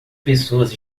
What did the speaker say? pessoas